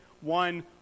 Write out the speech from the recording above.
one